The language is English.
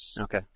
Okay